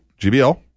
GBL